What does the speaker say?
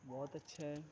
بہت اچھا ہے